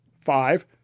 five